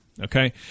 okay